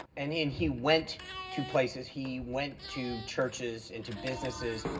and he and he went to places, he went to churches, and to businesses,